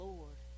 Lord